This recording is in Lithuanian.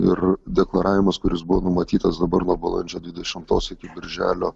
ir deklaravimas kuris buvo numatytas dabar nuo balandžio dvidešimtos iki birželio